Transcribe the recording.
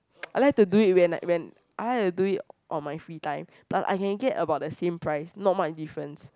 I like to do it when I when I like to do it on my free time plus I can get about the same price not much difference